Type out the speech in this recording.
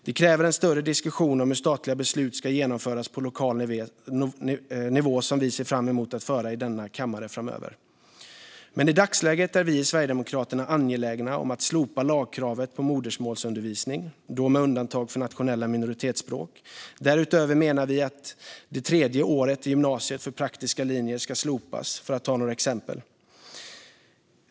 Det kräver en större diskussion om hur statliga beslut ska genomföras på lokal nivå som vi ser fram emot att föra i denna kammare framöver. Men i dagsläget är vi i Sverigedemokraterna angelägna om att slopa lagkravet på modersmålsundervisning, då med undantag för nationella minoritetsspråk. Därutöver menar vi att det tredje året i gymnasiet för praktiska linjer ska slopas - för att ta några exempel.